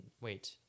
wait